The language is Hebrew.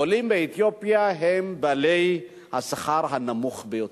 עולים מאתיופיה הם בעלי השכר הנמוך ביותר.